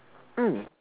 mm